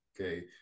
okay